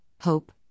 hope